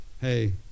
hey